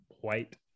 white